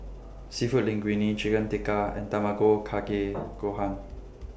Seafood Linguine Chicken Tikka and Tamago Kake Gohan